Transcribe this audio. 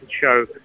show